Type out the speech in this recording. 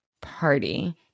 party